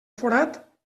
forat